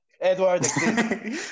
Edward